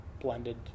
blended